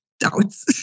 doubts